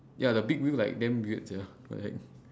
ya the big wheel like damn weird sia what the heck